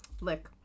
lick